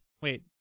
wait